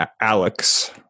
Alex